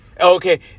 Okay